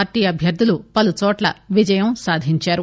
party అభ్యర్థులు పలు చోట్ల విజయం సాధించారు